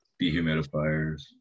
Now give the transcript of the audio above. Dehumidifiers